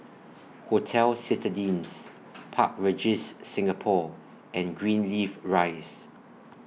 Hotel Citadines Park Regis Singapore and Greenleaf Rise